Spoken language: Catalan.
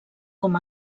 com